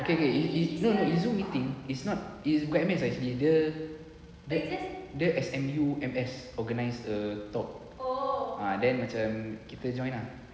okay okay it it Zoom meeting it's not it's quite nice actually dia dia S_M_U M_S organised the talk ah then macam kita join ah